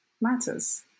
matters